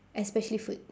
especially food